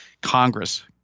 Congress